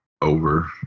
Over